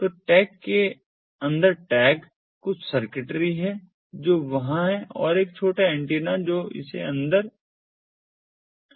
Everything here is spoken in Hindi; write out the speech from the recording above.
तो टैग के अंदर टैग कुछ सर्किटरी है जो वहां है और एक छोटा एंटीना जो इसे अंदर एम्बेडेड है